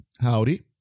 Howdy